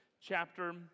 chapter